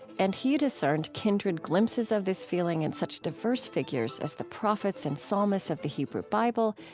and he discerned kindred glimpses of this feeling in such diverse figures as the prophets and psalmists of the hebrew bible,